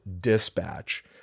Dispatch